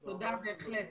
תודה, בהחלט.